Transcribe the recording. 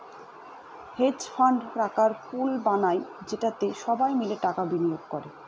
hedge fund টাকার pool বানায় যেটাতে সবাই মিলে টাকা বিনিয়োগ করে